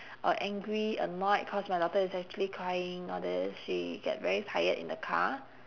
uh angry annoyed cause my daughter is actually crying all this she get very tired in the car